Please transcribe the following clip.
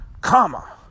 comma